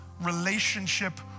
relationship